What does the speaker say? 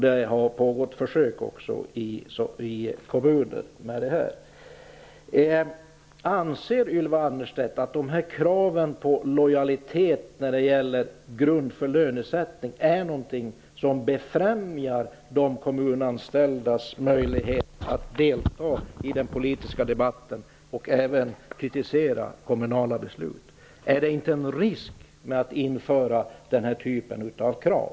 Det har också pågått försök i kommuner med detta. Anser Ylva Annerstedt att de här kraven på lojalitet som grund för lönesättning är någonting som befrämjar de kommunanställdas möjlighet att delta i den politiska debatten och att även kritisera kommunala beslut? Är det inte en risk förenad med att införa den här typen av krav?